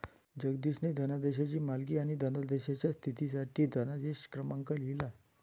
जगदीशने धनादेशांची मालिका आणि धनादेशाच्या स्थितीसाठी धनादेश क्रमांक लिहिला